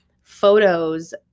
photos